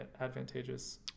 advantageous